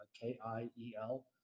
K-I-E-L